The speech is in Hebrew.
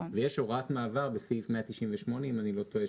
ויש הוראת מעבר בסעיף 198 אם אני לא טועה,